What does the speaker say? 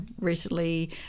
recently